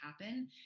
happen